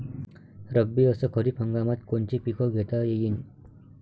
रब्बी अस खरीप हंगामात कोनचे पिकं घेता येईन?